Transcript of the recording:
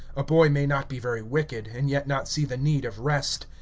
a boy may not be very wicked, and yet not see the need of rest.